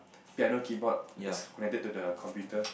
piano keyboard that's connected to the computer